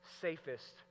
safest